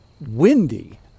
windy